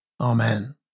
Amen